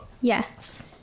Yes